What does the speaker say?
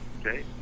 Okay